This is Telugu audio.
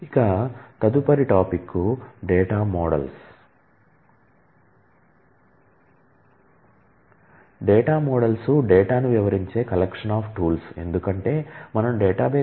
ఇక తదుపరి టాపిక్ డేటా మోడల్స్